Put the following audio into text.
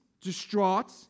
distraught